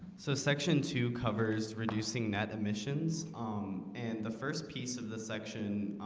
so section two covers reducing net emissions um and the first piece of the section